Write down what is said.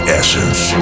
essence